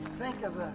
think of